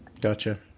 gotcha